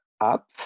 up